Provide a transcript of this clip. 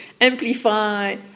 Amplify